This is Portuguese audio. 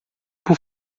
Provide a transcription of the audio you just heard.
por